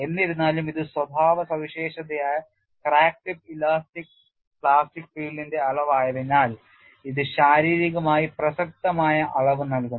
എന്നിരുന്നാലും ഇത് സ്വഭാവ സവിശേഷതയായ ക്രാക്ക് ടിപ്പ് ഇലാസ്റ്റിക് പ്ലാസ്റ്റിക് ഫീൽഡിന്റെ അളവായതിനാൽ ഇത് ശാരീരികമായി പ്രസക്തമായ അളവ് നൽകുന്നു